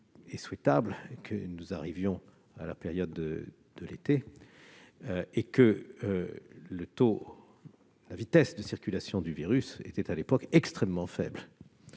et souhaitable que nous arrivions à la période de l'été et que la vitesse de circulation du virus était extrêmement faible.